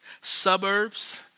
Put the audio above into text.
suburbs